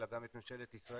אלא גם את ממשלת ישראל,